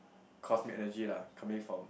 cosmic energy lah coming from